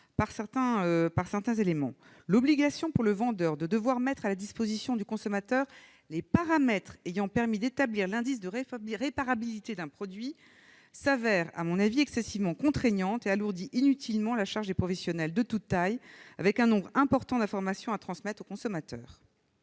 ! À mon avis, l'obligation faite au vendeur de mettre à la disposition du consommateur les paramètres ayant permis d'établir l'indice de réparabilité d'un produit se révèle excessivement contraignante et alourdit inutilement la charge des professionnels de toutes tailles, avec un nombre important d'informations à transmettre au consommateur.